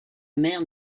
mère